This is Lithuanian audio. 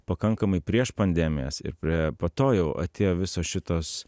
pakankamai prieš pandemijas ir prie po to jau atėjo visos šitos